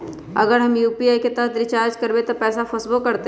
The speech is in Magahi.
अगर हम यू.पी.आई से रिचार्ज करबै त पैसा फसबो करतई?